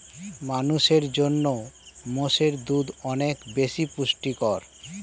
মানুষের জন্য মোষের দুধ অনেক বেশি পুষ্টিকর